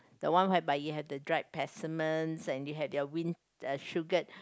the one whereby you have the dried persimmons and you have your win uh sugared